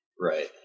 Right